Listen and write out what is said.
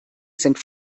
sind